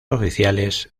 oficiales